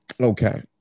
Okay